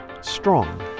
Strong